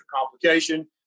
complication